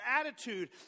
attitude